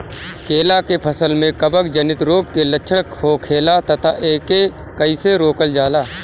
केला के फसल में कवक जनित रोग के लक्षण का होखेला तथा एके कइसे रोकल जाला?